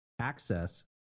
access